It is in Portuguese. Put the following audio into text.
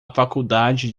faculdade